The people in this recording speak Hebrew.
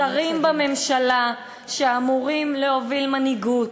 שרים בממשלה שאמורים להוביל מנהיגות,